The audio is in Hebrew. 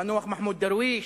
המנוח מחמוד דרוויש,